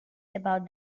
about